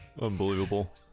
Unbelievable